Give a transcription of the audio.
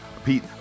Pete